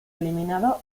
eliminado